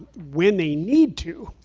when they need to,